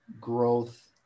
growth